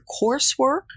coursework